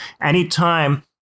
Anytime